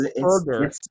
further